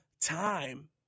time